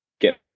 get